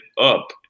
up